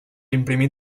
imprimir